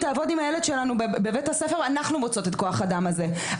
תעבוד עם הילד שלנו בבית הספר ואנחנו מוצאות את כוח האדם הזה.